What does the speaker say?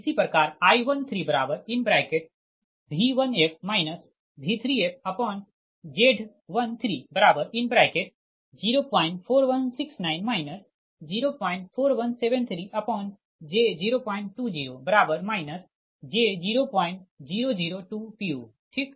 इसी प्रकार I13V1f V3fZ1304169 04173j020 j0002 pu ठीक